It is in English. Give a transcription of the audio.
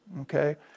Okay